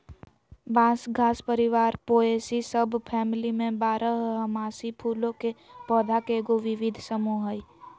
बांस घास परिवार पोएसी सबफैमिली में बारहमासी फूलों के पौधा के एगो विविध समूह हइ